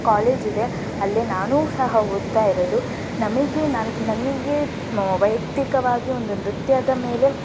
ಕಾಲೇಜಿದೆ ಅಲ್ಲೇ ನಾನು ಸಹ ಓದ್ತಾ ಇರೋದು ನಮಗೆ ನನ್ ನನಗೆ ವೈಯಕ್ತಿಕವಾಗಿ ಒಂದು ನೃತ್ಯದ ಮೇಲೆ